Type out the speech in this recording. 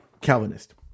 Calvinist